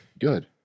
Good